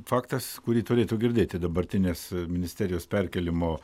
faktas kurį turėtų girdėti dabartinės ministerijos perkėlimo